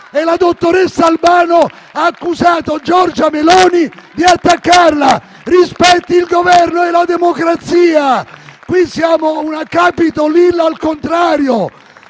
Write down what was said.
La dottoressa Albano ha accusato Giorgia Meloni di attaccarla. Rispetti il Governo e la democrazia. Qui siamo una Capitol Hill al contrario.